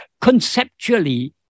conceptually